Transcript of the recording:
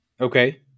okay